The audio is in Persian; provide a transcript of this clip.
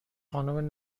خانم